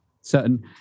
certain